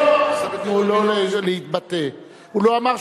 תן לו.